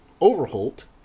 Overholt